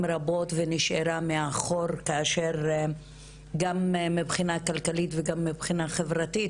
רבות ונשארה מאחור כאשר גם מבחינה כלכלית וגם מבחינה חברתית.